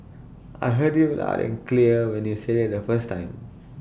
I heard you loud and clear when you said IT the first time